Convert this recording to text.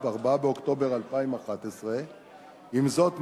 4 באוקטובר 2011. עם זאת,